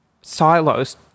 silos